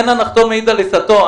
אין הנחתום מעיד על עיסתו.